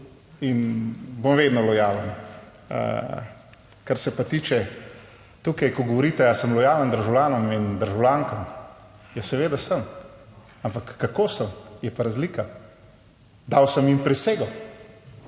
in bom vedno lojalen. Kar se pa tiče tukaj, ko govorite ali sem lojalen državljanom in državljankam. Ja, seveda sem, ampak kako sem, je pa razlika. Dal sem jim prisego,